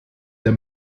der